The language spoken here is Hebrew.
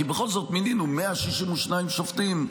כי בכל זאת מינינו 162 שופטים,